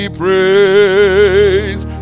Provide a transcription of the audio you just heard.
praise